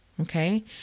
Okay